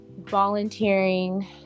volunteering